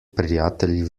prijatelji